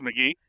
McGee